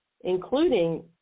including